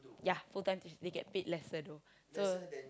ya full-time teachers they get paid lesser though so